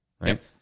right